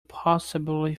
possibly